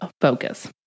focus